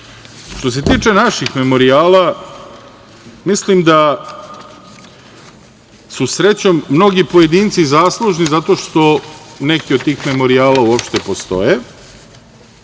se tiče naših memorijala mislim da su, srećom, mnogi pojedinci zaslužni zato što neki od tih memorijala uopšte postoje,